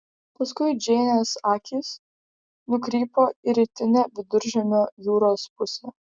paskui džeinės akys nukrypo į rytinę viduržemio jūros pusę